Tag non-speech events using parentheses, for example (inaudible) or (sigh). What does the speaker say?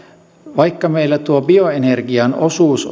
vaikka meillä bioenergian osuus (unintelligible)